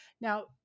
Now